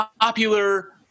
popular